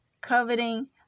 coveting